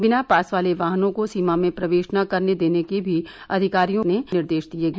बिना पास वाले वाहनों को सीमा में प्रवेश न करने देने के भी अधिकारियों ने निर्देश दिए हैं